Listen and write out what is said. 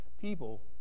people